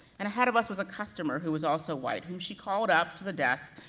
and ahead of us was a customer who was also white, whom she called up to the desk,